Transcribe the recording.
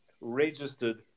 registered